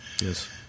Yes